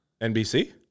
NBC